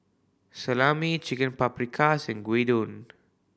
Salami Chicken Paprikas and Gyudon